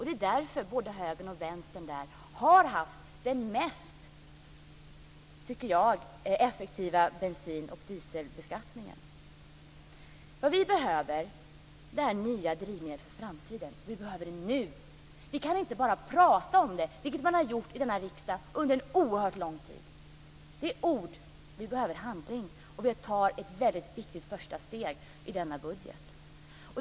Det är därför både högern och vänstern har haft, tycker jag, den mest effektiva bensin och dieselbeskattningen. Vad vi behöver är nya drivmedel för framtiden. Vi behöver det nu. Vi kan inte bara prata om det, vilket man har gjort i den här riksdagen under lång tid. Det är ord. Vi behöver handling, och vi tar ett viktigt första steg i denna budget.